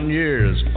years